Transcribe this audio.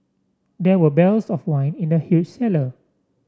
there were barrels of wine in the huge cellar